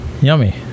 Yummy